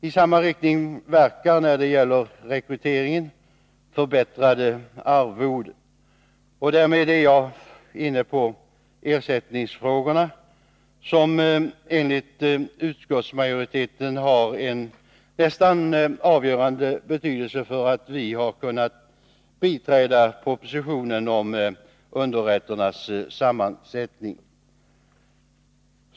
I samma riktning verkar, när det gäller rekryteringen, förbättrade arvoden. Därmed är jag inne på ersättningsfrågorna, som för utskottsmajoriteten har haft en nästan avgörande betydelse för att vi har kunnat biträda propositionen om underrätternas sammansättning.